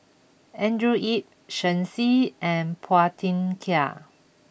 Andrew Yip Shen Xi and Phua Thin Kiay